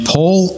Paul